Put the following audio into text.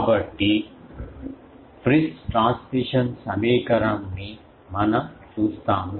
కాబట్టి Friis transmission సమీకరణం ని మనం చూస్తాము